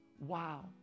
wow